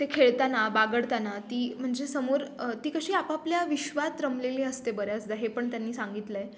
ते खेळताना बागडताना ती म्हणजे समोर ती कशी आपापल्या विश्वात रमलेली असते बऱ्याचदा हे पण त्यांनी सांगितलं आहे